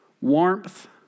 warmth